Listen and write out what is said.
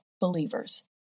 believers